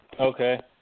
Okay